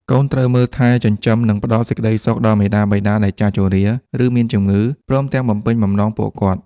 កូនត្រូវមើលថែ ចិញ្ចឹម និងផ្ដល់សេចក្តីសុខដល់មាតាបិតាដែលចាស់ជរា ឬមានជម្ងឺ ព្រមទាំងបំពេញបំណងពួកគាត់។